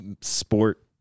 sport